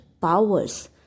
powers